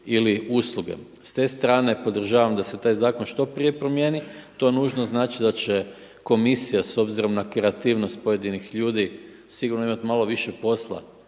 ili usluge. S te strane podržavam da se taj zakon što prije promijeni. To nužno znači da će komisija s obzirom na kreativnost pojedinih ljudi sigurno imati malo više posla